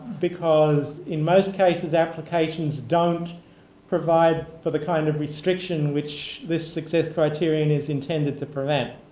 because in most cases applications don't provide for the kind of restriction which this success criterion is intended to prevent.